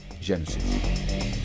Genesis